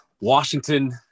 Washington